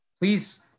Please